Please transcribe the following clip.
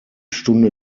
stunde